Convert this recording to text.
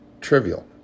trivial